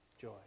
Joy